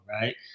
right